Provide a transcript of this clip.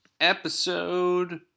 episode